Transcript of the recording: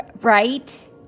right